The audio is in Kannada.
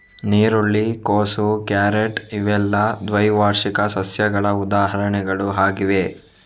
ನೀರುಳ್ಳಿ, ಕೋಸು, ಕ್ಯಾರೆಟ್ ಇವೆಲ್ಲ ದ್ವೈವಾರ್ಷಿಕ ಸಸ್ಯಗಳ ಉದಾಹರಣೆಗಳು ಆಗಿವೆ